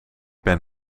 ben